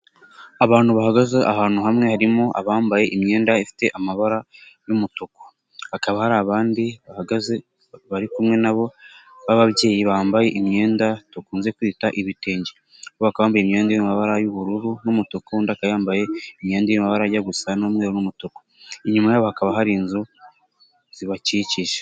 Abantu bahagaze ahantu hamwe harimo abambaye imyenda ifite amabara y'umutuku. Hakaba hari abandi bahagaze bari kumwe nabo, b'ababyeyi bambaye imyenda dukunze kwita ibitenge. Bo bakaba bambaye imyenda iri mu mabara y'ubururu n'umutuku akaba yambaye imyenda iri mu mamabara ajya gusa n'umweru n'umutuku. Inyuma hakaba hari inzu zibakikije.